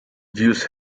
jews